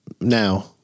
now